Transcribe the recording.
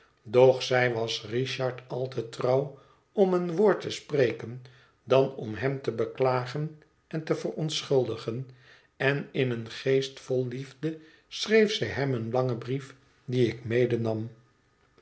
doch zij was richard al te trouw om een woord te spreken dan om hem te beklagen en te verontschuldigen en in een geest vol liefde schreef zij hem een langen brief dien ik medenam